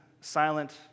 silent